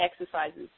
exercises